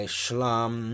shlam